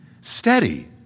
steady